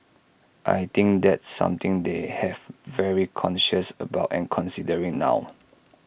I think that's something they have very conscious about and considering now